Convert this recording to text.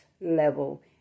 level